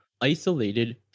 isolated